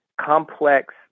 complex